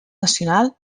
nacional